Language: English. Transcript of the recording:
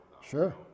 Sure